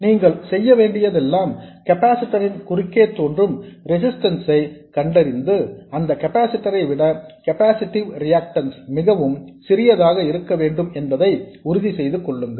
நீங்கள் செய்ய வேண்டியதெல்லாம் கெப்பாசிட்டர் ன் குறுக்கே தோன்றும் ரெசிஸ்டன்ஸ் ஐ கண்டறிந்து அந்த கெப்பாசிட்டர் ஐ விட கெப்பாசிட்டிவ் ரிஆக்டன்ஸ் மிகவும் சிறியதாக இருக்க வேண்டும் என்பதை உறுதி செய்து கொள்ளுங்கள்